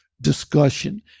discussion